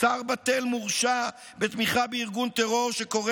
שר בט"ל מורשע בתמיכה בארגון טרור שקורא